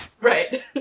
Right